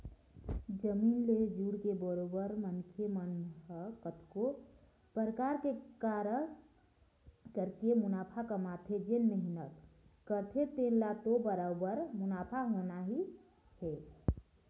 जमीन ले जुड़के बरोबर मनखे मन ह कतको परकार के कारज करके मुनाफा कमाथे जेन मेहनत करथे तेन ल तो बरोबर मुनाफा होना ही हे